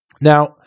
Now